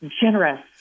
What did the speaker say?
generous